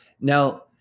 Now